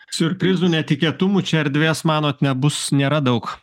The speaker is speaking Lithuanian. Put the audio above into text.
siurprizų netikėtumų čia erdvės manot nebus nėra daug